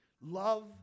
Love